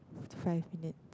five minutes